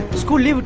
school